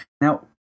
now